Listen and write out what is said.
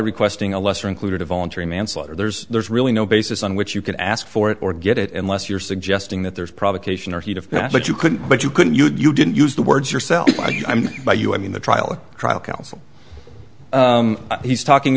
requesting a lesser included a voluntary manslaughter there's there's really no basis on which you can ask for it or get it unless you're suggesting that there's provocation or heat of but you couldn't but you couldn't you didn't use the words yourself i mean by you i mean the trial or trial counsel he's talking